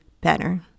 better